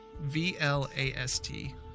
v-l-a-s-t